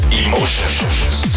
emotions